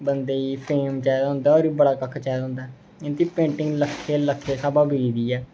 बंदे ई फेम चाहिदा होंदा ऐ होर पैसा बक्ख चाहिदा होंदा ऐ इं'दी पेंटिंग लक्खे लक्खे दे स्हाबा बिकदी ऐ